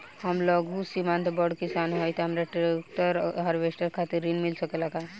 हम लघु सीमांत बड़ किसान हईं त हमरा सिंचाई ट्रेक्टर और हार्वेस्टर खातिर ऋण मिल सकेला का?